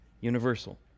universal